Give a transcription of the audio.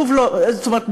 זאת אומרת,